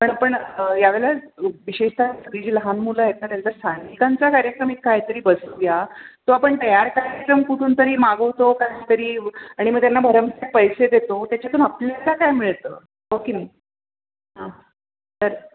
बरं पण यावेळेला विशेषतः ही जी लहान मुलं आहेत ना त्यांचा स्थानिकांचा कार्यक्रम एक काही तरी बसवू या तो आपण तयार कार्यक्रम कुठून तरी मागवतो काही तरी आणि मग त्यांना भरमसाठ पैसे देतो त्याच्यातून आपल्याला काय मिळतं हो की नाही हां तर